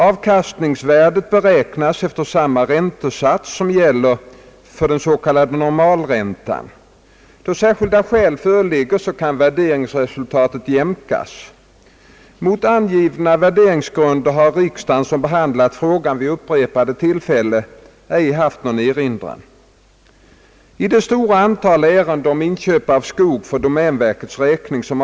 Avkastningsvärdet beräknas efter samma räntesats som gäller för den s.k. normalräntan. Då särskilda skäl föreligger . kan värderingsresultatet jämkas. Mot angivna värderingsgrunder har riksdagen, som behandlat frågan vid upprepade tillfällen, ej haft någon erinran.